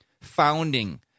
founding